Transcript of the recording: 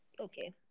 Okay